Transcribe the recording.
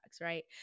right